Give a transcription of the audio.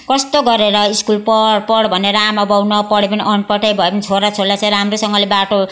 कस्तो गरेर स्कुल पढ पढ भनेर आमा बाउ नपढे पनि अनपढ भए पनि छोरा छोरीलाई चाहिँ राम्रोसँगले बाटो